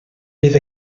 bydd